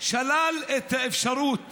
שלל את האפשרות